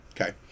Okay